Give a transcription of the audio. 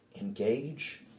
engage